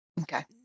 Okay